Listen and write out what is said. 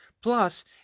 Plus